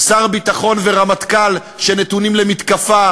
שר ביטחון ורמטכ"ל שנתונים למתקפה.